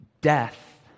death